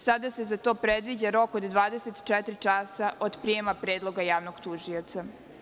Sada se za to predviđa rok od 24 časa od prijema predloga javnog tužioca.